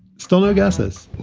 stellar gases,